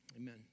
Amen